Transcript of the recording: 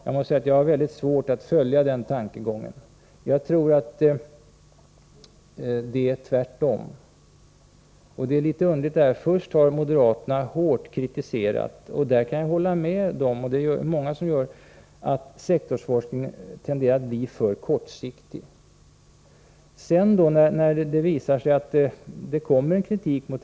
Jag har mycket svårt att följa den tankegången. Jag tror att det förhåller sig tvärtom. Det här är litet underligt. Först har moderaterna hårt kritiserat det förhållandet att sektorsforskningen tenderar att bli för kortsiktig. Detta kan jag hålla med om.